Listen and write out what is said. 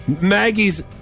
Maggie's